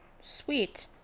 Sweet